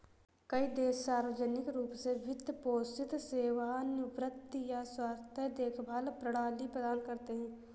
कई देश सार्वजनिक रूप से वित्त पोषित सेवानिवृत्ति या स्वास्थ्य देखभाल प्रणाली प्रदान करते है